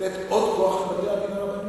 לתת עוד כוח לבתי-הדין הרבניים?